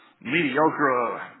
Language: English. mediocre